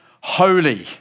holy